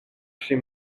chez